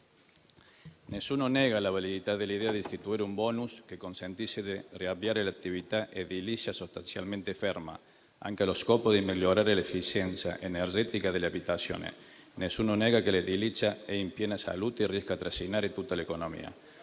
Nessuno nega la validità dell'idea di istituire un *bonus* che consentisse di riavviare l'attività edilizia, sostanzialmente ferma, anche allo scopo di migliorare l'efficienza energetica delle abitazioni; nessuno nega che l'edilizia è in piena salute e riesca a trascinare tutta l'economia.